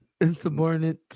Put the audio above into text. Insubordinate